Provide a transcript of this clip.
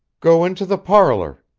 go into the parlor,